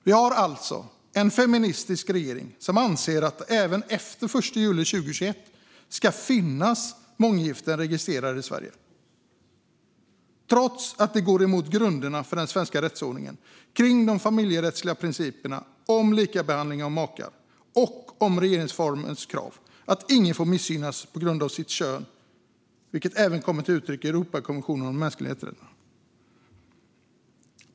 Vi har alltså en feministisk regering som anser att det även från den 1 juli 2021 ska finnas månggiften registrerade i Sverige, trots att det går emot grunderna för den svenska rättsordningen. Det handlar om de familjerättsliga principerna om likabehandling av makar och om regeringsformens krav på att ingen får missgynnas på grund av sitt kön, vilket även kommer till uttryck i Europakonventionen om de mänskliga rättigheterna.